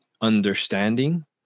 understanding